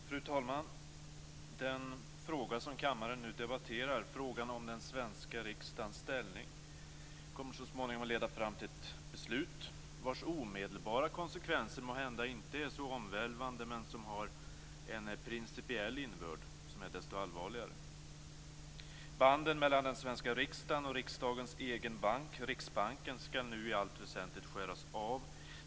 Fru talman! Den fråga som kammaren nu debatterar, frågan om den svenska riksdagens ställning, kommer så småningom att leda fram till ett beslut vars omedelbara konsekvenser måhända inte är så omvälvande men som har en principiell innebörd som är desto allvarligare. Banden mellan den svenska riksdagen och riksdagens egen bank, Riksbanken, skall nu i allt väsentligt skäras av.